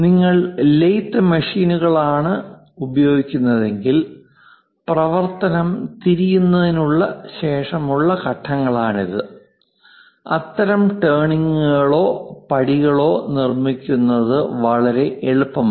നിങ്ങൾ ലേത്ത് മെഷീനുകളാണ് ഉപയോഗിക്കുന്നതെങ്കിൽ പ്രവർത്തനം തിരിയുന്നതിനുശേഷമുള്ള ഘട്ടങ്ങളാണിത് അത്തരം ടേണിംഗുകളോ പടികളോ നിർമ്മിക്കുന്നത് വളരെ എളുപ്പമാണ്